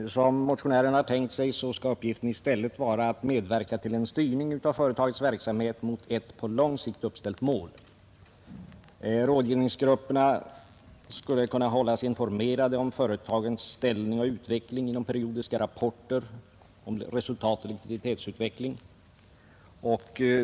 Som motionärerna har tänkt sig skall uppgiften i stället vara att medverka till en styrning av företagens verksamhet mot ett på lång sikt uppställt mål. Rådgivningsgrupperna skulle kunna hållas informerade om företagens ställning och utveckling genom periodiska rapporter om resultatoch likviditetsutveckling.